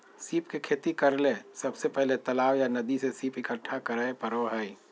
सीप के खेती करेले सबसे पहले तालाब या नदी से सीप इकठ्ठा करै परो हइ